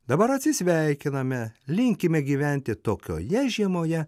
dabar atsisveikiname linkime gyventi tokioje žiemoje